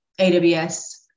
AWS